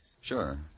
Sure